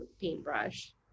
paintbrush